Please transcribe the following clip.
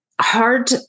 hard